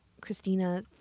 Christina